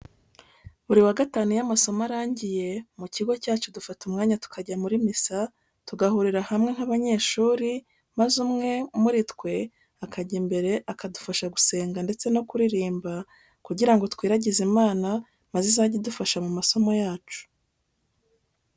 Buri wa Gatanu iyo amasomo arangiye, mu kigo cyacu dufata umwanya tukajya muri misa, tugahurira hamwe nk'abanyeshuri maze umwe muri twe akajya imbere akadufasha gusenga ndetse no kuririmba, kugira ngo twiragize Imana maze izajye idufasha mu masomo yacu.